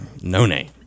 No-name